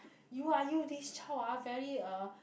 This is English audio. you ah you this child ah very uh